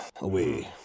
away